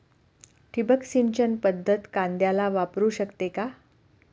ठिबक सिंचन पद्धत कांद्याला वापरू शकते का?